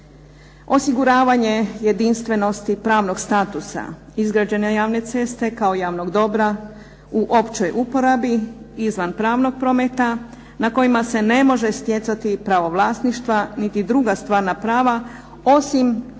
Osiguravanje jedinstvenosti, pravnog statusa izgrađene javne ceste kao javnog dobra u općoj uporabi izvan pravnog prometa na kojima se ne može stjecati pravo vlasništva niti druga stvarna prava osim prava